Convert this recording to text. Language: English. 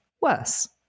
worse